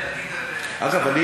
אגב,